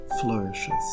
flourishes